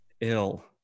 Ill